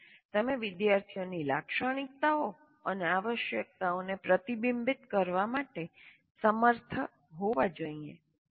ઉપરાંત તમે વિદ્યાર્થીઓની લાક્ષણિકતાઓ અને આવશ્યકતાઓને પ્રતિબિંબિત કરવા માટે સમર્થ હોવા જોઈએ